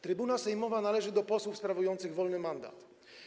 Trybuna sejmowa należy do posłów sprawujących wolny mandat.